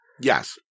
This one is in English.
Yes